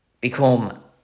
become